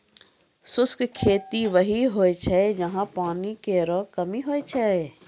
शुष्क खेती वहीं होय छै जहां पानी केरो कमी होय छै